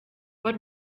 but